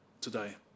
today